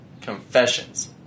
Confessions